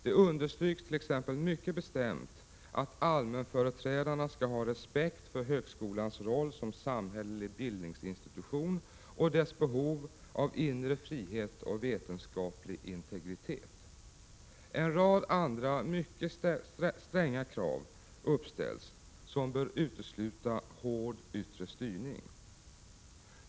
Det understryks t.ex. mycket bestämt att allmänföreträdarna skall ha respekt för högskolans roll som samhällelig bildningsinstitution och för dess behov av inre frihet och vetenskaplig integritet. En rad andra, mycket stränga krav uppställs, som bör utesluta hård yttre styrning.